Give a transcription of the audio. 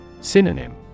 Synonym